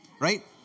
Right